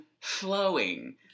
flowing